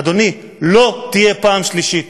אדוני, לא תהיה פעם שלישית.